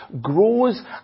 grows